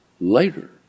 later